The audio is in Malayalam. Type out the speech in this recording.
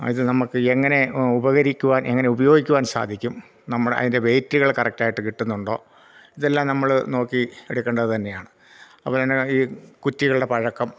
അത് നമുക്ക് എങ്ങനെ ഉപകരിക്കുവാൻ എങ്ങനെ ഉപയോഗിക്കുവാൻ സാധിക്കും നമ്മുടെ അതിൻ്റെ വെയ്റ്റുകൾ കറക്റ്റായിട്ട് കിട്ടുന്നുണ്ടോ ഇതെല്ലാം നമ്മൾ നോക്കി എടുക്കേണ്ടത് തന്നെയാണ് അതുപോലെ തന്നെ ഈ കുറ്റികളുടെ പഴക്കം